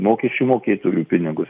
mokesčių mokėtojų pinigus